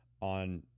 on